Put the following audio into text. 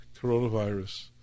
coronavirus